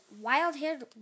wild-haired